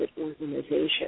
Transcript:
organization